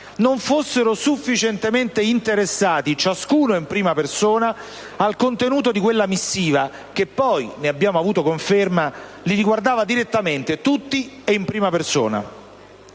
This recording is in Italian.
non fossero sufficientemente interessati, ciascuno in prima persona, al contenuto di quella missiva, che poi - come ne abbiamo avuto conferma - li riguardava direttamente tutti e in prima persona.